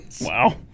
Wow